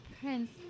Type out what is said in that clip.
prince